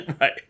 right